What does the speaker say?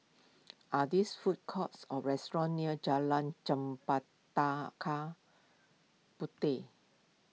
are food courts or restaurants near Jalan Puteh